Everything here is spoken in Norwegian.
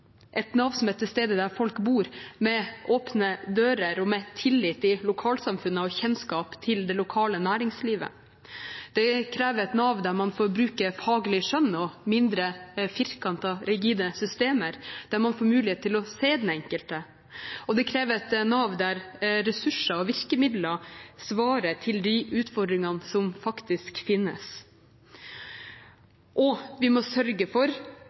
et Nav som er til stede der folk bor, med åpne dører og med tillit i lokalsamfunnet og kjennskap til det lokale næringslivet. Det krever et Nav der man får bruke faglig skjønn og med mindre firkantede, rigide systemer, der man får mulighet å se den enkelte. Og det krever et Nav der ressurser og virkemidler svarer til de utfordringene som faktisk finnes. Vi må sørge for